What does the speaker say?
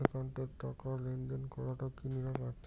Bank একাউন্টত টাকা লেনদেন করাটা কি নিরাপদ?